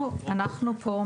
אנחנו פה,